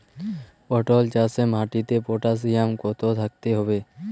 পটল চাষে মাটিতে পটাশিয়াম কত থাকতে হবে?